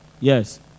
yes